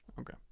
Okay